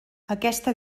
aquesta